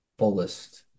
fullest